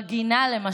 בגינה, למשל,